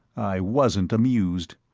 i wasn't amused.